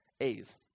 a's